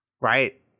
Right